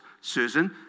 Susan